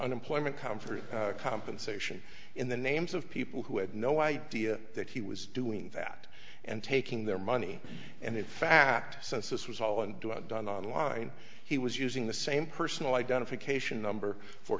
unemployment confort compensation in the names of people who had no idea that he was doing that and taking their money and in fact since this was all and do have done online he was using the same personal identification number for